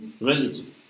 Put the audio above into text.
religion